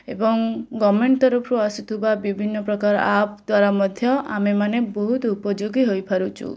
ଏବଂ ଗଭର୍ଣ୍ଣମେଣ୍ଟ୍ ତରଫରୁ ଆସୁଥିବା ବିଭିନ୍ନପ୍ରକାର ଆପ୍ ଦ୍ଵାରା ମଧ୍ୟ ଆମେମାନେ ବହୁତ ଉପଯୋଗୀ ହୋଇପାରୁଛୁ